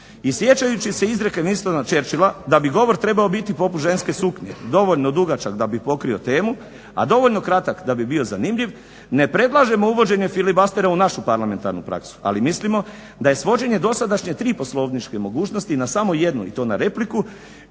I sjećajući se izreke Winstona Churchilla da bi govor trebao biti poput ženske suknje, dovoljno dugačak da bi pokrio temu, a dovoljno kratak da bi bio zanimljiv ne predlažemo uvođenje filibustera u našu parlamentarnu praksu, ali mislimo da je svođenje dosadašnje tri poslovničke mogućnosti na samo jednu i to na repliku